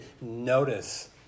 notice